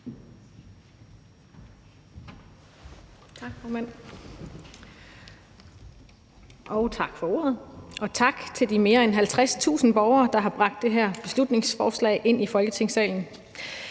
tak for ordet. Tak til de mere end 50.000 borgere, der har bragt det her beslutningsforslag ind i Folketingssalen,